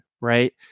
right